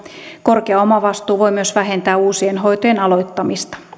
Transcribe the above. korkea omavastuu voi myös vähentää uusien hoitojen aloittamista